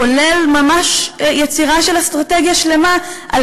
כולל ממש יצירה של אסטרטגיה שלמה על